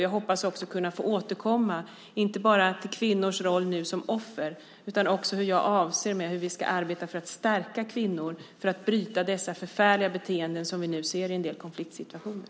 Jag hoppas kunna få återkomma inte bara till kvinnors roll som offer utan också till hur jag anser att vi ska arbeta för att stärka kvinnor för att bryta dessa förfärliga beteenden som vi nu ser i en del konfliktsituationer.